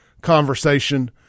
conversation